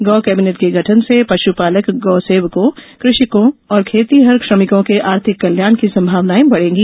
गौ केबिनेट के गठन से पश्पालक गौ सेवकों कृषकों और खेतिहर श्रमिकों के आर्थिक कल्याण की संभावनाए बढ़ेंगी